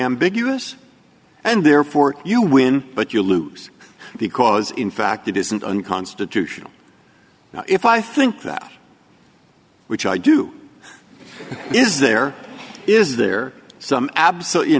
ambiguous and therefore you win but you lose because in fact it isn't unconstitutional if i think that which i do is there is there some abs